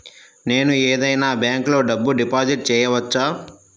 నేను ఏదైనా బ్యాంక్లో డబ్బు డిపాజిట్ చేయవచ్చా?